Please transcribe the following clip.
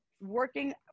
working